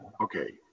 Okay